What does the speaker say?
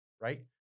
right